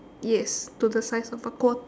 yes to the size of a quarter